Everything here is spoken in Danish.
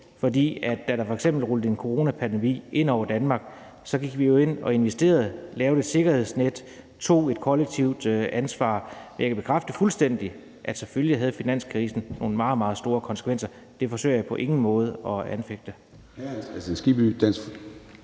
For da der f.eks. rullede en coronapandemi ind over Danmark, gik vi jo ind og investerede, lavede et sikkerhedsnet og tog et kollektivt ansvar. Jeg kan fuldstændig bekræfte, at selvfølgelig havde finanskrisen nogle meget, meget store konsekvenser. Det forsøger jeg på ingen måde at anfægte.